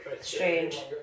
strange